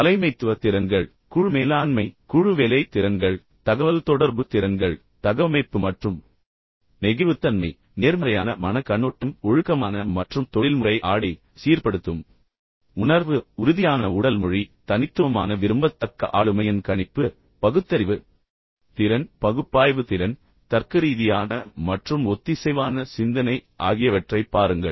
தலைமைத்துவ திறன்கள் குழு மேலாண்மை குழு வேலை திறன்கள் தகவல்தொடர்பு திறன்கள் தகவமைப்பு மற்றும் நெகிழ்வுத்தன்மை நேர்மறையான மனக் கண்ணோட்டம் ஒழுக்கமான மற்றும் தொழில்முறை ஆடை சீர்ப்படுத்தும் உணர்வு உறுதியான உடல் மொழி தனித்துவமான விரும்பத்தக்க ஆளுமையின் கணிப்பு பகுத்தறிவு திறன் பகுப்பாய்வு திறன் தர்க்கரீதியான மற்றும் ஒத்திசைவான சிந்தனை ஆகியவற்றைப் பாருங்கள்